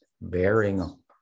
bearing